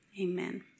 Amen